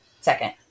second